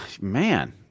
Man